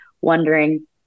wondering